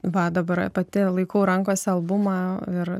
va dabar pati laikau rankose albumą ir